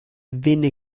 venne